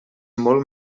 molt